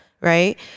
Right